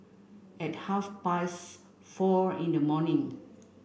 at half past four in the morning